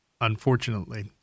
unfortunately